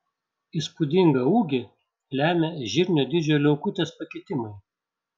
įspūdingą ūgį lemia žirnio dydžio liaukutės pakitimai